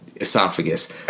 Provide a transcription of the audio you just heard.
esophagus